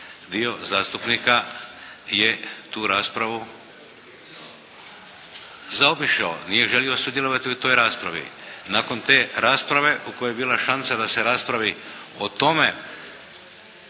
dio zastupnika je tu raspravu zaobišao. Nije želio sudjelovati u toj raspravi. Nakon te rasprave u kojoj je bila šansa da se raspravi o tome